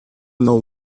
know